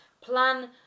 plan